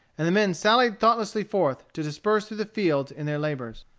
and the men sallied thoughtlessly forth to disperse through the fields in their labors.